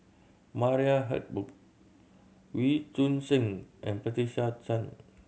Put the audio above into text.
Maria Hertogh Wee Choon Seng and Patricia Chan